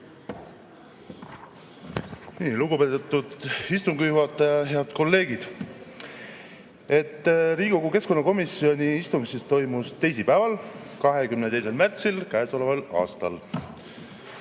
Lugupeetud istungi juhataja! Head kolleegid! Riigikogu keskkonnakomisjoni istung toimus teisipäeval, 22. märtsil käesoleval aastal.